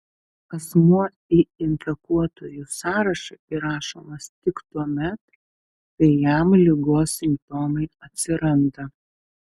asmuo į infekuotųjų sąrašą įrašomas tik tuomet kai jam ligos simptomai atsiranda